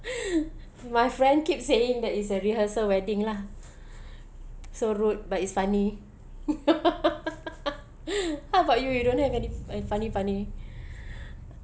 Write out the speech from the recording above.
my friend keep saying that is a rehearsal wedding lah so rude but it's funny how about you you don't have any uh funny funny